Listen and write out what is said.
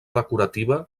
decorativa